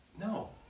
No